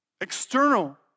external